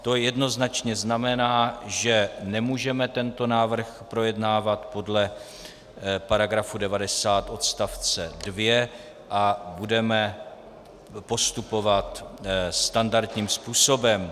To jednoznačně znamená, že nemůžeme tento návrh projednávat podle § 90 odst. 2 a budeme postupovat standardním způsobem.